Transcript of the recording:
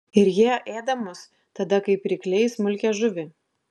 ir jie ėda mus tada kaip rykliai smulkią žuvį